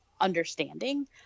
understanding